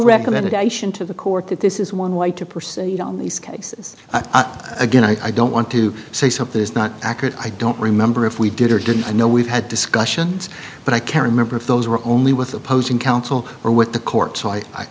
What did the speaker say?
recommendation to the court that this is one way to proceed on these cases again i don't want to say something is not accurate i don't remember if we did or didn't know we've had discussions but i can't remember if those were only with opposing counsel or with the court so i